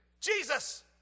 Jesus